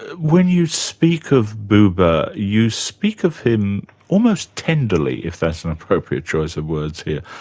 when you speak of buber, you speak of him almost tenderly, if that's an appropriate choice of words here.